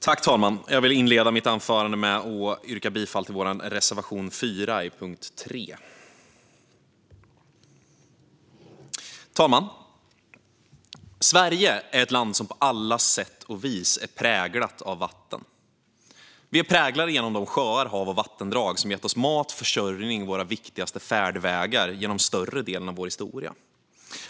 Fru talman! Jag vill inleda med att yrka bifall till reservation 4 under punkt 3. Sverige är ett land som på alla sätt och vis är präglat av vatten genom de sjöar, hav och vattendrag som gett oss mat, försörjning och våra viktigaste färdvägar genom större delen av vår historia.